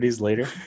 later